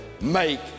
make